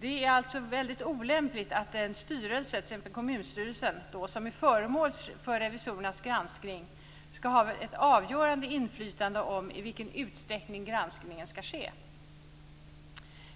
Det är olämpligt att en styrelse, t.ex. kommunstyrelsen, som är föremål för revisorernas granskning skall ha ett avgörande inflytande om i vilken utsträckning granskning skall ske.